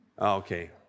Okay